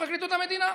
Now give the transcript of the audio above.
בפרקליטות המדינה,